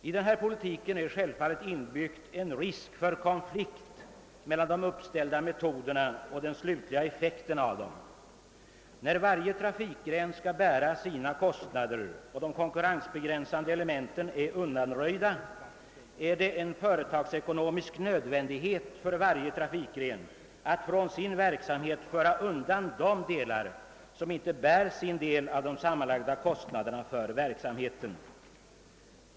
I denna politik är självfallet inbyggd en risk för konflikt mellan de uppställda metoderna och den slutliga effekten av dem. När varje trafikgren skall bära sina kostnader och de konkurrensbegränsande elementen är undanröjda är det en företagsekonomisk nödvändighet för varje trafikgren att från sin verksamhet föra undan de delar som inte bär sin del av de sammanlagda kostnaderna för verksamheten.